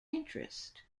interest